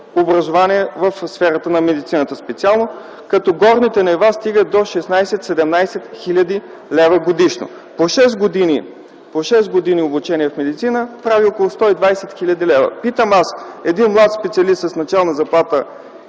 в сферата на медицината специално, като горните нива стигат 16-17 хил. лв. годишно. Това по шест години обучение в „Медицина” прави около 120 хил. лв. Питам аз: един млад специалист с начална заплата